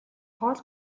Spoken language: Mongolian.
хоол